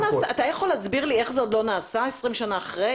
יכול להסביר לי איך זה עוד לא נעשה 20 שנה אחרי?